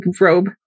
robe